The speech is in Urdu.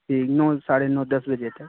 جی نو ساڑھے نو بجے دس بجے تک